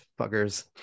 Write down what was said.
fuckers